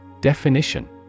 Definition